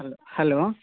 hello hello